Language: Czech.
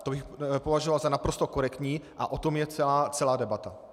To bych považoval za naprosto korektní a o tom je celá debata.